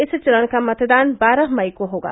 इस चरण का मतदान बारह मई को होगा